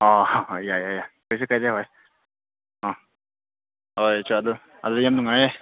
ꯑꯥ ꯌꯥꯏ ꯌꯥꯏ ꯀꯩꯁꯨ ꯀꯥꯏꯗꯦ ꯍꯣꯏ ꯑꯥ ꯍꯣꯏ ꯆꯣ ꯑꯗꯨ ꯑꯗꯨ ꯌꯥꯝ ꯅꯨꯡꯉꯥꯏꯑꯦ